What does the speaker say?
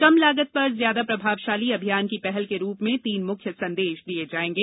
कम लागत पर ज्यादा प्रभावशाली अभियान की पहल के रूप में तीन मुख्य संदेश दिए जाएंगे